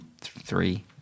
three